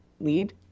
lead